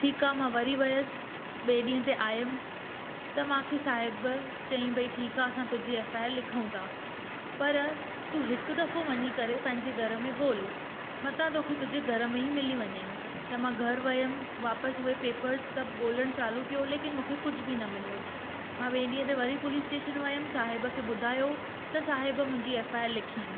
ठीक आहे मां वरी वयसि ॿिए ॾींहं ते आयमि त मूंखे साहिब चयईं भई ठीक आहे असां तुंहिंजी एफ आई आर लिखऊं था पर तूं हिकु दफ़ो वञी करे पंहिंजे घर में ॻोल्ह मतां तोखे तुंहिंजे घर में ही मिली वञई त मां घरु वयमि वापस उहे पेपर्स सभु ॻोल्हण चालू कयो लेकिन मूंखे कुझु बि न मिलियो मां ॿिए ॾींहं ते वरी पुलिस टेशन वयमि साहिब खे ॿुधायो त साहिब मुंहिंजी एफ आइ आर लिखियईं